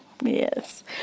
Yes